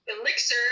elixir